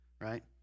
Right